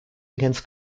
against